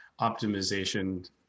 optimization